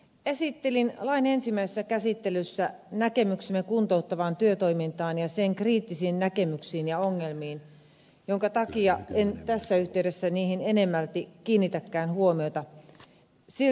esittelin lain ensimmäisessä käsittelyssä näkemyksemme kuntouttavasta työtoiminnasta ja siihen liittyvistä kriittisistä näkemyksistä ja ongelmista minkä takia en tässä yhteydessä niihin enemmälti kiinnitäkään huomiota